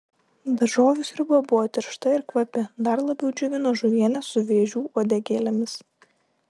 daržovių sriuba buvo tiršta ir kvapi dar labiau džiugino žuvienė su vėžių uodegėlėmis